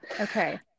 Okay